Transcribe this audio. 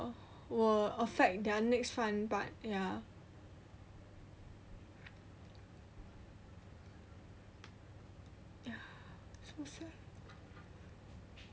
will affect their next fun part